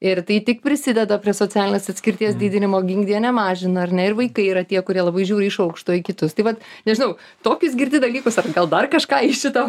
ir tai tik prisideda prie socialinės atskirties didinimo ginkdie nemažina ar ne ir vaikai yra tie kurie labai žiūri iš aukšto į kitus tai vat nežinau tokius girdi dalykus ar gal dar kažką iš šito